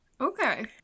Okay